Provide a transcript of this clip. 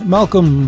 Malcolm